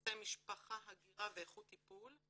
בנושא משפחה הגירה ואיכות טיפול.